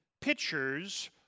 pictures